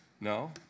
No